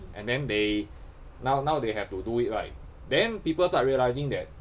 and then they now now they have to do it right then people start realising that